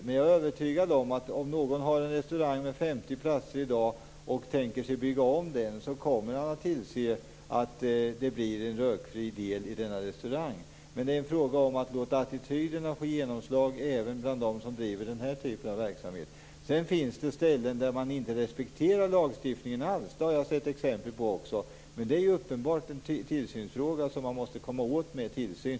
Men jag är övertygad om att om någon har en restaurang med 50 platser i dag och tänker sig att bygga om den, kommer vederbörande att tillse att det blir en rökfri del i restaurangen. Det är en fråga om att låta attityderna få genomslag även bland dem som driver den här typen av verksamhet. Sedan finns det ställen där man inte respekterar lagstiftningen alls. Det har jag sett exempel på. Men det är ju uppenbart ett problem som man måste komma åt genom tillsyn.